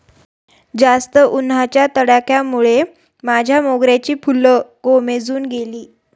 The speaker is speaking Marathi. जास्त उन्हाच्या तडाख्यामुळे माझ्या मोगऱ्याची फुलं कोमेजून गेली